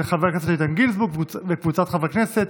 של חבר הכנסת איתן גינזבורג וקבוצת חברי הכנסת.